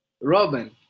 Robin